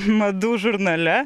madų žurnale